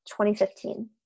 2015